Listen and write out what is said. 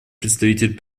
представитель